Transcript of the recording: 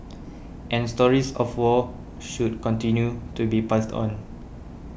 and stories of the war should continue to be passed on